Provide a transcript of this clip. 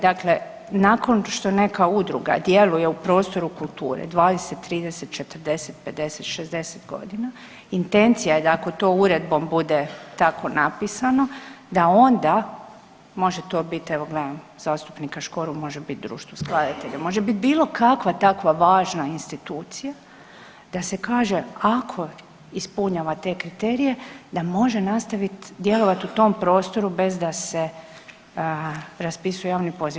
Dakle, nakon što neka udruga djeluje u prostoru kulture, 20, 30, 40, 50, 60 godina, intencija je da ako tom uredbom bude tako napisano da onda može to bit, evo, gledam zastupnika Škoru, može biti društvo skladatelja, može biti bilo kakva takva važna institucija, da se kaže ako ispunjava te kriterije da može nastaviti djelovati u tom prostoru bez da se raspisuje javni poziv.